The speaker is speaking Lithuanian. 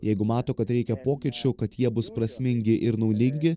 jeigu mato kad reikia pokyčių kad jie bus prasmingi ir naudingi